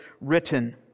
written